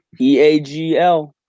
E-A-G-L